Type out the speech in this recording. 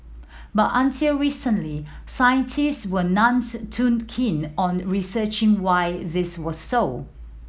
but until recently scientists were none too keen on researching why this was so